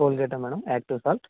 కోల్గేటా madam active salt